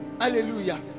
hallelujah